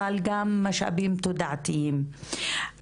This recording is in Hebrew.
אבל גם משאבים תודעתיים.